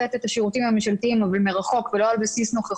נמצאת כאן נציגת משרד המשפטים מרגנית לוי, בבקשה.